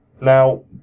Now